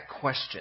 question